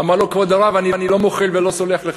אמר לו: כבוד הרב, אני לא מוחל ולא סולח לך.